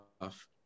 off